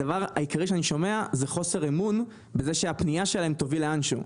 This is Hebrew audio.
הדבר העיקרי שאני שומע זה חוסר אמון בזה שהפנייה שלהם תוביל לאן שהוא.